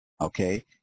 okay